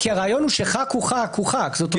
הרעיון שחבר כנסת הוא חבר כנסת, הוא חבר כנסת.